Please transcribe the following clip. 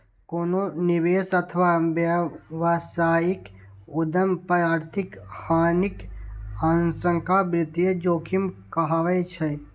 कोनो निवेश अथवा व्यावसायिक उद्यम पर आर्थिक हानिक आशंका वित्तीय जोखिम कहाबै छै